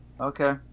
Okay